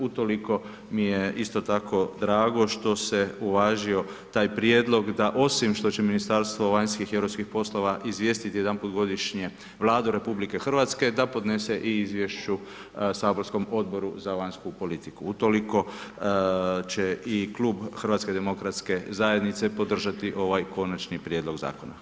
Utoliko mi je isto tako drago što se uvažio taj prijedlog da, osim što će Ministarstvo vanjskih i europskih poslova izvijestiti jedanput godišnje Vladu RH, da podnese i izvješće saborskom Odboru za vanjsku politiku, utoliko će i klub HDZ-a podržati ovaj Konačni prijedlog Zakona.